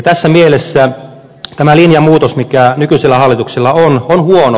tässä mielessä tämä linjamuutos mikä nykyisellä hallituksella on on huono